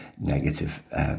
negative